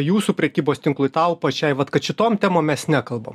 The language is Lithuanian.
jūsų prekybos tinklui tau pačiai vat kad šitom temom mes nekalbam